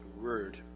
word